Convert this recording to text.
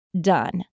done